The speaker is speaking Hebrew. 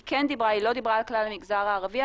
היא לא דיברה על כלל המגזר הערבי,